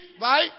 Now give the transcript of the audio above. right